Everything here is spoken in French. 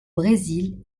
brésil